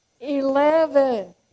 eleven